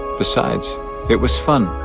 besides it was fun.